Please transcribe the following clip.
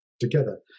together